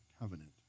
covenant